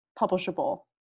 publishable